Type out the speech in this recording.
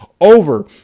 over